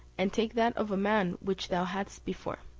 and take that of a man which thou hadst before.